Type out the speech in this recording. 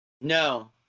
No